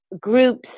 groups